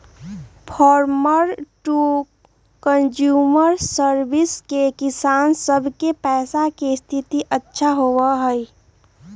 farmer to consumer service से किसान सब के पैसा के स्थिति अच्छा होबा हई